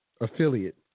Affiliate